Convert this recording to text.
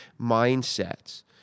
mindsets